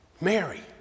Mary